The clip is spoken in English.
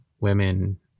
women